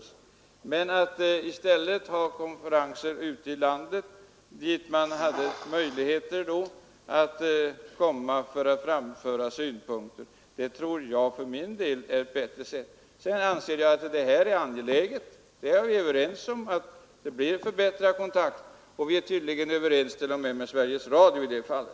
Det vore som sagt bättre att i stället ha konferenser ute i landet dit man hade möjligheter att komma och framföra synpunkter. Vi är överens om att det här är angeläget. Det måste bli en förbättrad kontakt. Vi tycks t.o.m. vara överens med Sveriges Radio i det fallet.